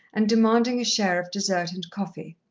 and demanding a share of dessert and coffee.